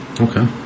okay